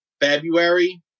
February